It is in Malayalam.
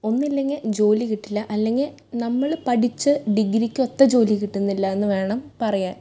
ഒന്നെല്ലങ്കിൽ ജോലി കിട്ടില്ല അല്ലെങ്കിൽ നമ്മള് പഠിച്ച ഡിഗ്രിക്കൊത്ത ജോലി കിട്ടുന്നില്ല എന്ന് വേണം പറയാൻ